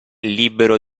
libero